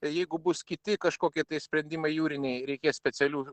jeigu bus kiti kažkokie sprendimai jūriniai reikės specialių